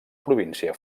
província